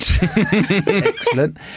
Excellent